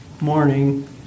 Morning